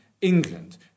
England